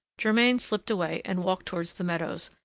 germain slipped away and walked toward the meadows,